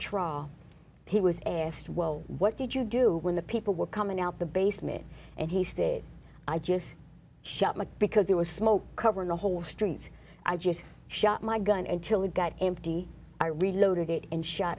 trial he was asked well what did you do when the people were coming out the basement and he said i just shot my because there was smoke covering the whole streets i just shot my gun and kill the guy empty i reloaded it and shot